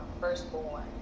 firstborn